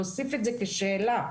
להוסיף את זה כשאלה,